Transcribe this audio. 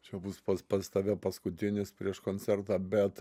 čia bus pas pas tave paskutinis prieš koncertą bet